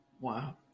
Wow